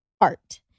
art